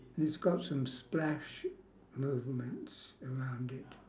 it's got some splash movements around it